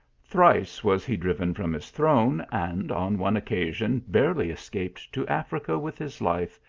thrice was he driven from his throne, and on one occasion barely escaped to africa with his life,